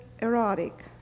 erotic